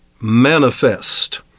manifest